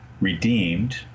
redeemed